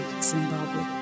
Zimbabwe